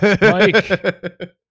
Mike